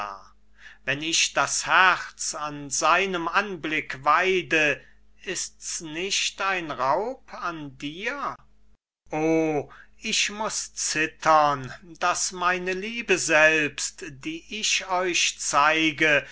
wenn ich das herz an seinem anblick weide ist's nicht ein raub an dir o ich muß zittern daß meine liebe selbst die ich euch zeige